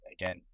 again